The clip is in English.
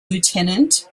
lieutenant